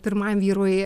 pirmajam vyrui